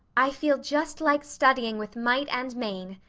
i feel just like studying with might and main,